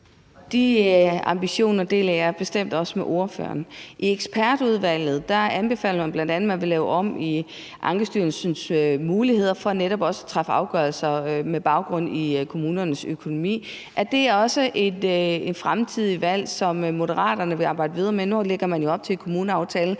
De ambitioner deler jeg bestemt også med ordføreren. I ekspertudvalget anbefaler man bl.a. at lave om på Ankestyrelsens muligheder for netop at træffe afgørelser med baggrund i kommunernes økonomi. Er det også et fremtidigt valg, som Moderaterne vil arbejde videre med? Nu lægger man jo op til i kommuneaftalen,